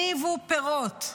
הניבו פירות.